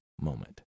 moment